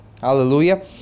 Hallelujah